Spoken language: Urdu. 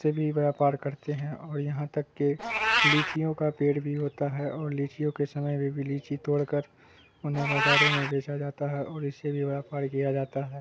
اس سے بھی ویاپار کرتے ہیں اور یہاں تک کہ لیچیوں کا پیڑ بھی ہوتا ہے اور لییچیوں کے سمے میں بھی لیچی توڑ کر انہیں بازاروں میں بیچا جاتا ہے اور اس سے بھی ویاپار کیا جاتا ہے